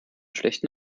schlechten